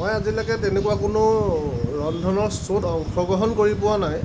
মই আজিলৈকে তেনেকুৱা কোনো ৰন্ধনৰ শ্ব'ত অংশগ্ৰহণ কৰি পোৱা নাই